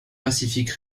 pacific